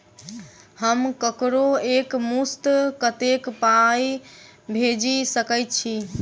हम ककरो एक मुस्त कत्तेक पाई भेजि सकय छी?